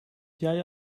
jij